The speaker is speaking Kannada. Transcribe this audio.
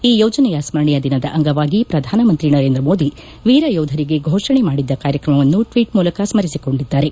ಈ ಯೋಜನೆಯ ಸ್ಸರಣೆಯ ದಿನದ ಅಂಗವಾಗಿ ಪ್ರಧಾನ ಮಂತ್ರಿ ನರೇಂದ್ರ ಮೋದಿ ವೀರಯೋಧರಿಗೆ ಘೋಷಣೆ ಮಾಡಿದ್ದ ಕಾರ್ಯಕ್ರಮವನ್ನು ಟ್ಷೀಟ್ ಮೂಲಕ ಸ್ನರಿಸಿಕೊಂಡಿದ್ದಾರೆ